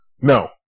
No